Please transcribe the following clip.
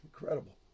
Incredible